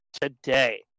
today